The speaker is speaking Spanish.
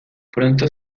pronto